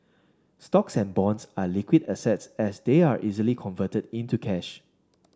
stocks and bonds are liquid assets as they are easily converted into cash